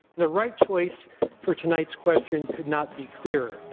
the right choice for tonight's question could not be clearer.